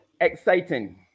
exciting